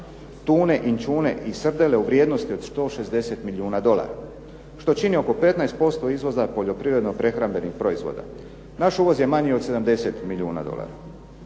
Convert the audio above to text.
tune, inćune i srdele u vrijednosti oko 160 milijuna dolara, što čini oko 15% izvoza poljoprivredno prehrambenih proizvoda. Naš uvoz je manji od 70 milijuna dolara.